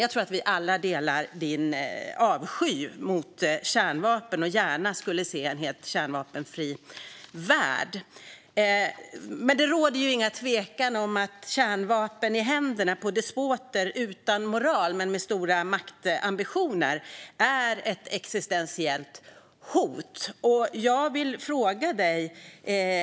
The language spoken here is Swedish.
Jag tror att vi alla delar din avsky mot kärnvapen och gärna skulle se en helt kärnvapenfri värld. Men det råder ju inga tvivel om att kärnvapen i händerna på despoter utan moral men med stora maktambitioner är ett existentiellt hot.